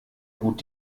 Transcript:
gut